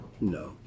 No